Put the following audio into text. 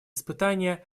испытания